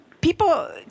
people